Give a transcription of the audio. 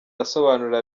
asobanurira